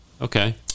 Okay